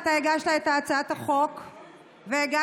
אתה הגשת את הצעת החוק והגשת,